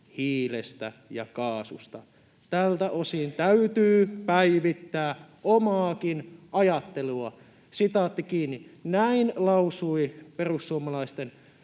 hiilestä ja kaasusta. Tältä osin täytyy päivittää omaakin ajattelua.” Näin lausui perussuomalaisten